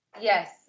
Yes